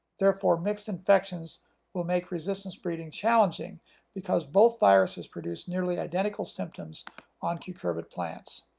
therefore mixed infections will make resistance breeding challenging because both viruses produce nearly identical symptoms on cucurbit plants.